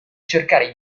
cercare